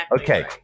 Okay